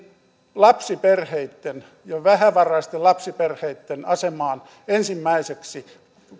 lapsiperheitten ja vähävaraisten lapsiperheitten asemaan ensimmäiseksi